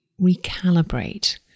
recalibrate